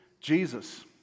Jesus